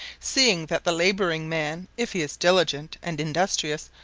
seeing that the labouring man, if he is diligent and industrious,